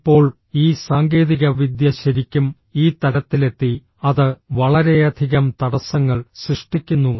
ഇപ്പോൾ ഈ സാങ്കേതികവിദ്യ ശരിക്കും ഈ തലത്തിലെത്തി അത് വളരെയധികം തടസ്സങ്ങൾ സൃഷ്ടിക്കുന്നു